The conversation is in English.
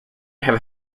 have